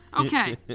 Okay